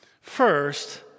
First